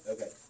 Okay